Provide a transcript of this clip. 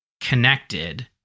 connected